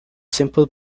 simple